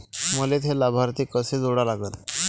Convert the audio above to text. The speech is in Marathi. मले थे लाभार्थी कसे जोडा लागन?